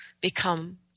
become